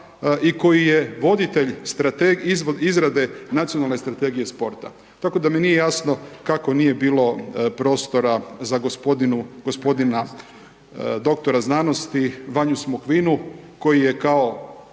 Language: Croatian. i koji je voditelj izrade nacionalne strategije sporta. Tako da mi nije jasno kako nije bilo prostora za g. dr.sc. Vanju Smokvinu, koju je kao